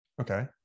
Okay